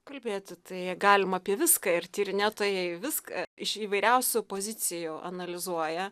kalbėti tai galima apie viską ir tyrinėtojai viską iš įvairiausių pozicijų analizuoja